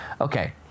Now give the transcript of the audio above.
Okay